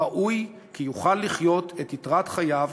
ראוי כי יוכל לחיות את יתרת חייו